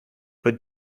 but